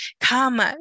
Come